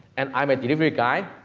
and i'm a delivery guy,